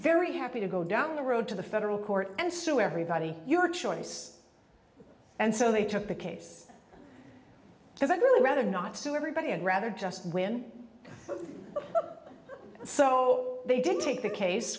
very happy to go down the road to the federal court and sue everybody your choice and so they took the case because i'd really rather not sue everybody and rather just win so they didn't take the case